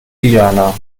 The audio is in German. guyana